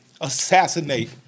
assassinate